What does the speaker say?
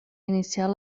iniciar